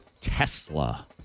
Tesla